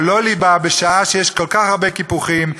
לא ליבה בשעה שיש כל כך הרבה קיפוחים,